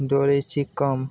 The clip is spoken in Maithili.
दौड़ै छी कम